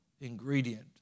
ingredient